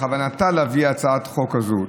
בכוונתה להביא הצעת חוק כזאת.